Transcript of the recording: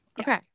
okay